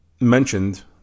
mentioned